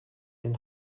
den